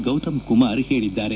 ಗೌತಮ್ ಕುಮಾರ್ ಹೇಳಿದ್ದಾರೆ